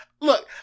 look